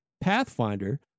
Pathfinder